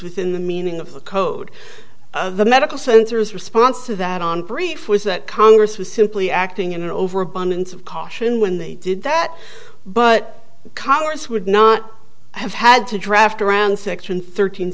within the meaning of the code of the medical center's response to that on brief was that congress was simply acting in an over abundance of caution when they did that but congress would not have had to draft around section thirteen